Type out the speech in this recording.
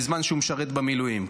בזמן שהוא משרת במילואים,